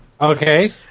Okay